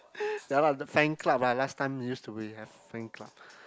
ya lah the fan club lah last time used to be have fan club